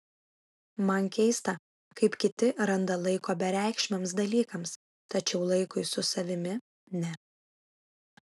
man keista kaip kiti randa laiko bereikšmiams dalykams tačiau laikui su savimi ne